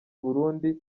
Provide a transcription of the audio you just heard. burundi